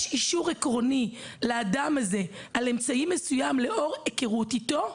יש אישור עקרוני לאדם הזה על אמצעי מסוים לאור היכרות אתו.